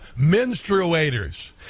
menstruators